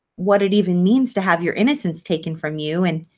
what it even means to have your innocence taken from you and,